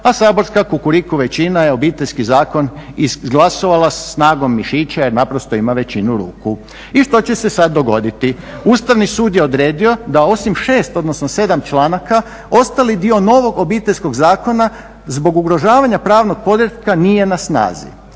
a saborska Kukuriku većina je Obiteljski zakon izglasovala snagom mišića jer naprosto ima većinu ruku. I što će se sad dogoditi? Ustavni sud je odredio da osim šest, odnosno sedam članaka ostali dio novog Obiteljskog zakona zbog ugrožavanja pravnog poretka nije na snazi.